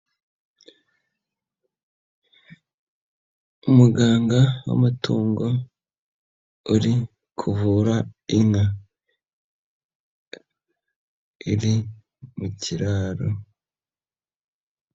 Umuganga w'amatungo uri kuvura inka iri mu kiraro.